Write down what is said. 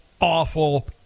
awful